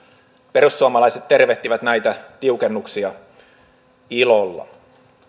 perussuomalaiset tervehtivät näitä tiukennuksia ilolla